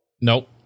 Nope